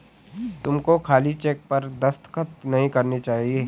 तुमको खाली चेक पर दस्तखत नहीं करने चाहिए